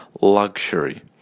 luxury